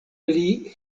pli